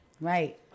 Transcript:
Right